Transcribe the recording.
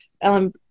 Ellen